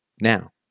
Now